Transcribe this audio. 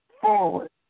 forward